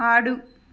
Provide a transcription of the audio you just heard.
ఆడు